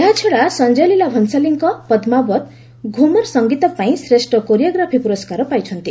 ଏହାଛଡ଼ା ସଂକ୍କୟ ଲୀଳା ଭଂସାଲୀଙ୍କ 'ପଦ୍କାବତ' ଘୁମର ସଂଗୀତ ପାଇଁ ଶ୍ରେଷ୍ଠ କୋରିଓଗ୍ରାଫି ପୁରସ୍କାର ପାଉଛନ୍ତି